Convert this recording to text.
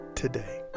today